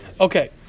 Okay